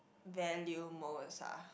value most ah